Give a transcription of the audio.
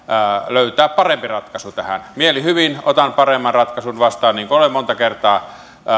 löytää parempi ratkaisu tähän mielihyvin otan paremman ratkaisun vastaan niin kuin olen monta kertaa